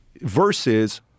versus